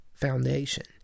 foundation